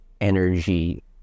energy